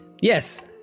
Yes